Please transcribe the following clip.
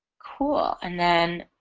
cool and then